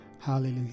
Hallelujah